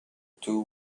two